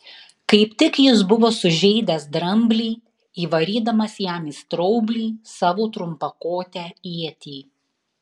kaip tik jis buvo sužeidęs dramblį įvarydamas jam į straublį savo trumpakotę ietį